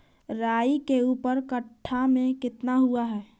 राई के ऊपर कट्ठा में कितना हुआ है?